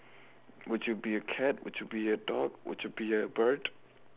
would you be a cat would be a dog would you be a bird